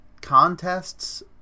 contests